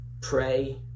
pray